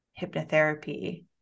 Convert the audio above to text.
hypnotherapy